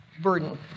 burden